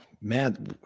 man